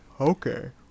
Okay